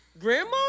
Grandma